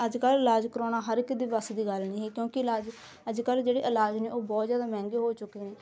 ਅੱਜ ਕੱਲ੍ਹ ਇਲਾਜ ਕਰਾਉਣਾ ਹਰ ਇੱਕ ਦੇ ਵੱਸ ਦੀ ਗੱਲ ਨਹੀਂ ਕਿਉਂਕਿ ਇਲਾਜ ਅੱਜ ਕੱਲ੍ਹ ਜਿਹੜੇ ਇਲਾਜ ਨੇ ਉਹ ਬਹੁਤ ਜ਼ਿਆਦਾ ਮਹਿੰਗੇ ਹੋ ਚੁੱਕੇ ਨੇ